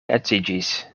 edziĝis